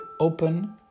Open